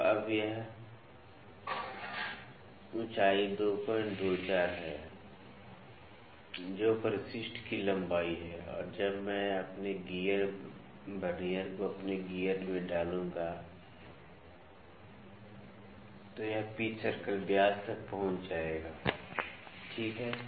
तो अब यह ऊंचाई 224 है जो परिशिष्ट की लंबाई है और अब जब मैं अपने गियर वर्नियर को अपने गियर में डालूंगा तो यह पिच सर्कल व्यास तक पहुंच जाएगा ठीक है